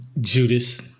Judas